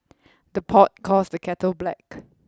the pot calls the kettle black